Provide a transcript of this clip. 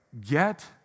get